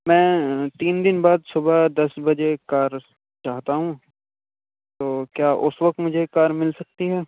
میں تین دِن بعد صُبح دس بجے کار چاہتا ہوں تو کیا اُس وقت مجھے کار مل سکتی ہے